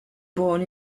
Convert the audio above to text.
born